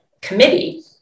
committee